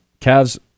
Cavs